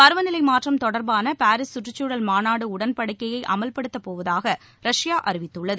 பருவநிலைமாற்றம் தொடர்பானபாரிஸ் சுற்றுச்சூழல் மாநாடுஉடன்படிக்கையைஅமல்படுத்தப்போவதாக ரஷ்யா அறிவித்துள்ளது